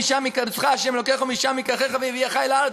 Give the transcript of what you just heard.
משם יקבצך ה' אלוקיך ומשם יקחך" והביאך אל הארץ.